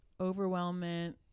overwhelmment